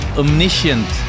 omniscient